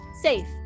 safe